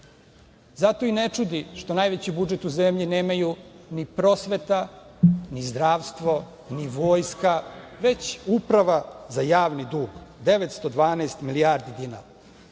i ne čudi što najveći budžet u zemlji nemaju ni prosveta, ni zdravstvo, ni vojska, već Uprava za javni dug 912 milijardi dinara.